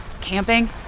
camping